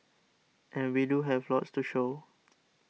and we do have lots to show